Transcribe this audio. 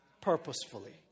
purposefully